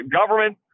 government